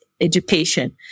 education